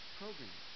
program